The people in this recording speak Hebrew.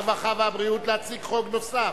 הרווחה והבריאות להציג חוק נוסף: